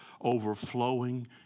overflowing